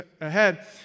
ahead